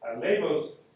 labels